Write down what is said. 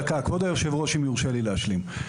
כבוד היושב ראש, אם יורשה לי להשלים.